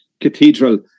Cathedral